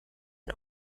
and